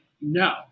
no